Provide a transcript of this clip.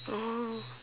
oh